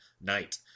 night